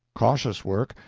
cautious work,